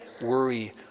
worry